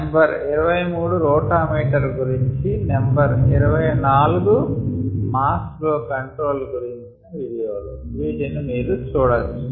number 23 rotameter గురించి number 24 mass flow control గురించిన వీడియోలు వీటిని మీరు చూడొచ్చు